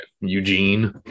Eugene